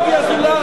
זה דמגוגיה זולה.